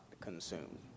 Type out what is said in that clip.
consumed